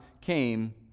came